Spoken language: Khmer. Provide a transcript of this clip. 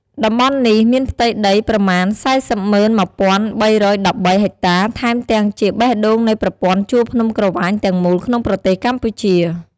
តំបន់នេះមានផ្ទៃដីប្រមាណ៤០១,៣១៣ហិចតាថែមទាំងជាបេះដូងនៃប្រព័ន្ធជួរភ្នំក្រវាញទាំងមូលក្នុងប្រទេសកម្ពុជា។